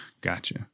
Gotcha